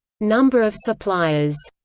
number of suppliers.